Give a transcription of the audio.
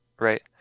right